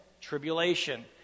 tribulation